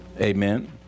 Amen